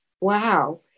wow